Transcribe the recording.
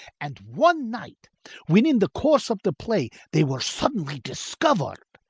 and one night when in the course of the play they were suddenly discovered,